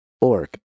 org